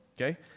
Okay